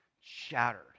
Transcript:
shattered